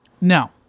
No